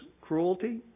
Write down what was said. cruelty